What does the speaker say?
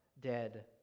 dead